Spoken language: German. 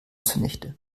zunichte